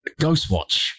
ghostwatch